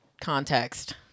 context